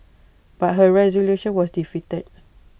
but her resolution was defeated